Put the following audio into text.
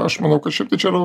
aš manau kad šiaip tai čia yra